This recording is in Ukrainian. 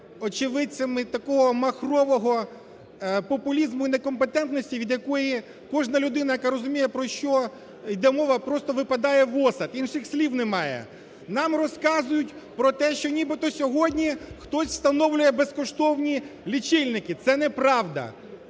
очевидцями такого махрового популізму і некомпетентності, від якої кожна людина, яка розуміє, про що йде мова, просто випадає в осад. Інших слів немає. Нам розказують про те, що нібито сьогодні хтось встановлює безкоштовні лічильники, це неправда.